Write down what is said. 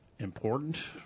important